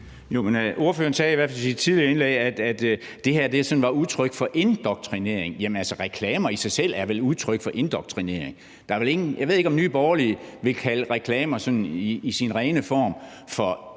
Ordføreren sagde i hvert fald i sit tidligere indlæg, at det her sådan var udtryk for indoktrinering. Jamen reklamer i sig selv er vel udtryk for indoktrinering. Jeg ved ikke, om Nye Borgerlige ville kalde reklamer sådan i deres rene form for egentlig